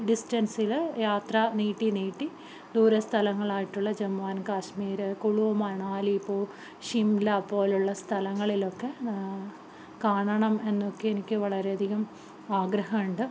ഡിസ്റ്റൻസില് യാത്ര നീട്ടി നീട്ടി ദൂരെ സ്ഥലങ്ങളായിട്ടുള്ള ജമ്മു ആൻഡ് കാശ്മീര് കുളു മണാലി ഷിംല പോലെയുള്ള സ്ഥലങ്ങളിലൊക്കെ കാണണമെന്നൊക്കെ എനിക്ക് വളരെയധികം ആഗ്രഹമുണ്ട്